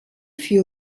für